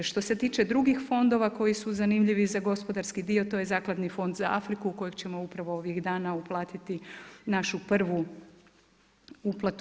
Što se tiče drugih fondova koji su zanimljivi za gospodarski dio to je zakladni fond za Afriku kojeg ćemo upravo ovih dana uplatiti našu prvu uplatu.